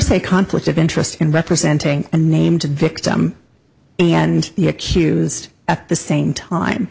a conflict of interest in representing a name to victim and the accused at the same time